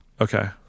Okay